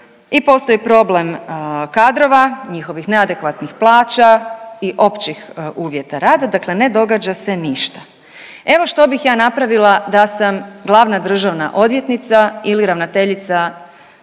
i postoji problem kadrova, njihovih neadekvatnih plaća i općih uvjeta rada, dakle ne događa se ništa. Evo što bih ja napravila da sam glavna državna odvjetnica ili ravnateljica